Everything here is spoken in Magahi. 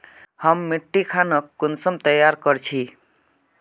हम मिट्टी खानोक कुंसम तैयार कर छी?